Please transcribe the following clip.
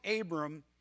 Abram